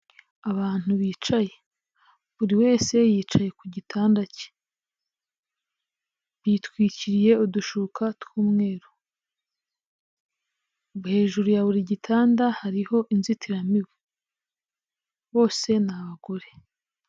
Abantu bicaye, buri wese yicaye ku gitanda cye, bitwikiriye udushuka tw'umweru, hejuru ya buri gitanda hariho inzitiramibu, bose ni abagore.